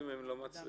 ואם הן לא מצליחות?